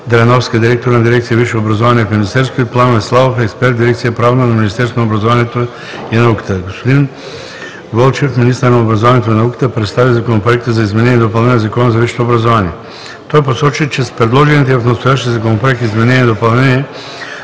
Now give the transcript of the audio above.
Дреновска – директор на дирекция „Висше образование“ в Министерството, и Пламен Славов – експерт в дирекция „Правна“ на Министерството на образованието и науката. Господин Красимир Вълчев – министър на образованието и науката, представи Законопроекта за изменение и допълнение на Закона за висшето образование. Господин Вълчев посочи, че с предложените в настоящия Законопроект изменения и допълнения